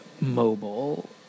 mobile